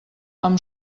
amb